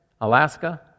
Alaska